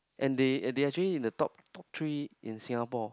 and they and they actually in the top top three in Singapore